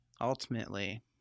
ultimately